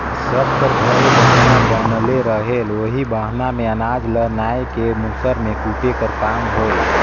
सब कर घरे बहना बनले रहें ओही बहना मे अनाज ल नाए के मूसर मे कूटे कर काम होए